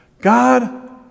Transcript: God